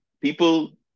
people